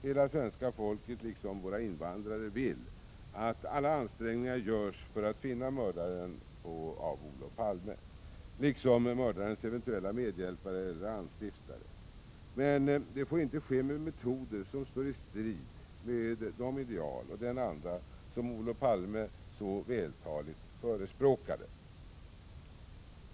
Hela svenska folket liksom våra invandrare vill att alla ansträngningar görs för att finna Olof Palmes mördare, liksom mördarens eventuella medhjälpare eller anstiftare. Men det får inte ske med metoder som står i strid med de ideal och den anda som Olof Palme så vältaligt förespråkade.